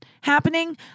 happening